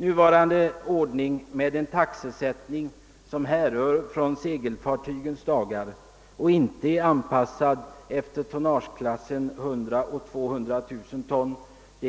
Nuvarande ordning med en taxesättning, som härrör från segelfartygens dagar och som alltså inte är anpassad efter tonnageklassen 100 000—200 000 ton,